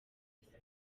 gusa